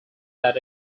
that